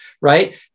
right